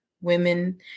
women